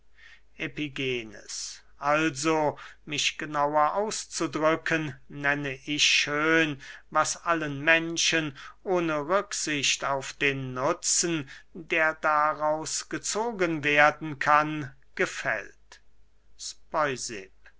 epigenes also mich genauer auszudrücken nenne ich schön was allen menschen ohne rücksicht auf den nutzen der daraus gezogen werden kann gefällt